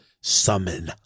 summon